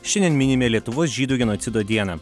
šiandien minime lietuvos žydų genocido dieną